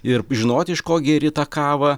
ir žinoti iš ko geri tą kavą